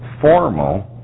formal